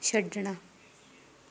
ਛੱਡਣਾ